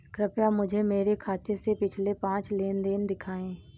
कृपया मुझे मेरे खाते से पिछले पांच लेन देन दिखाएं